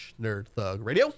nerdthugradio